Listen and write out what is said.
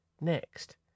next